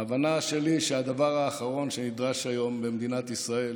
ההבנה שלי היא שהדבר האחרון שנדרש היום למדינת ישראל